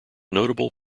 notable